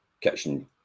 kitchen